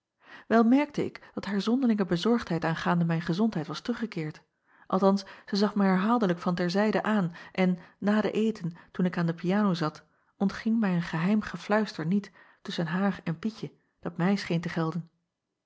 el merkte ik dat haar zonderlinge bezorgdheid aangaande mijn gezondheid was teruggekeerd althans zij zag mij herhaaldelijk van ter zijde aan en na den eten toen ik aan de piano zat ontging mij een geheim gefluister niet tusschen haar en ietje dat mij scheen te gelden